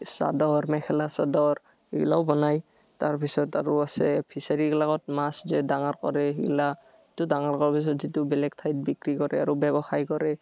চাদৰ মেখেলা চাদৰ এইবিলাকো বনায় তাৰপিছত আৰু আছে ফিছাৰী এইবিলাকত মাছ যে ডাঙৰ কৰে এইবিলাক ডাঙৰ কৰাৰ পিছত বেলেগ ঠাইত বিক্ৰী কৰে আৰু ব্যৱসায় কৰে